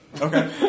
Okay